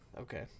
Okay